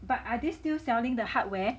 but are they still selling the hardware